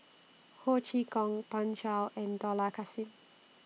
Ho Chee Kong Pan Shou and Dollah Kassim